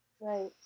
right